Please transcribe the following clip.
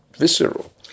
visceral